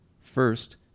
First